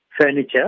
furniture